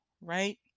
right